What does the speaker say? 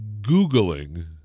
googling